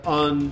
on